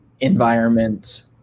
environment